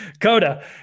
Coda